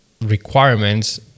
requirements